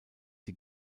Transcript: die